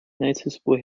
noticeable